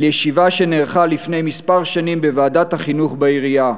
על ישיבה שנערכה לפני מספר שנים בוועדת החינוך בעירייה,